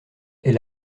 est